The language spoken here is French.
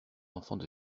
enfants